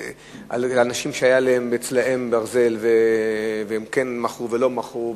על אנשים שהיה אצלם ברזל וכן מכרו ולא מכרו,